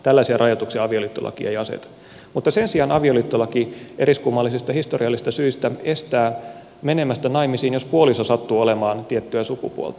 tällaisia rajoituksia avioliittolaki ei aseta mutta sen sijaan avioliittolaki eriskummallisista historiallisista syistä johtuen estää menemästä naimisiin jos puoliso sattuu olemaan tiettyä sukupuolta